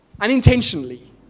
unintentionally